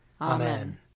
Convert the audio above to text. Amen